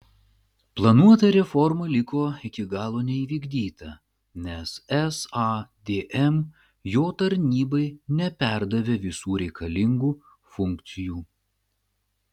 planuota reforma liko iki galo neįvykdyta nes sadm jo tarnybai neperdavė visų reikalingų funkcijų